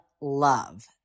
love